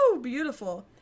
beautiful